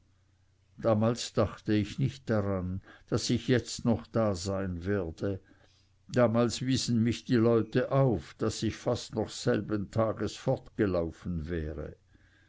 damals dachte ich nicht daran daß ich jetzt noch da sein werde damals wiesen mich die leute auf daß ich fast noch selben tages fortgelaufen wäre